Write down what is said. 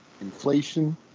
inflation